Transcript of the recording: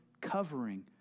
covering